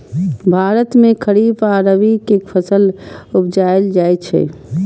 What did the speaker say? भारत मे खरीफ आ रबी के फसल उपजाएल जाइ छै